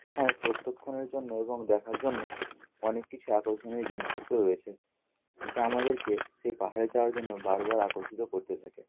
সেখানে প্রত্যক্ষনের জন্য এবং দেখার জন্য অনেক কিছুই আকর্ষণীয় জিনিসপত্র রয়েছে যা আমদেরকে সেই পাহাড়ে যাওয়ার জন্য বার বার আকর্ষিত করতে থাকে